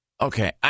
okay